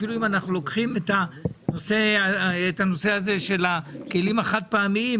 אפילו אם אנחנו לוקחים את נושא הכלים החד-פעמיים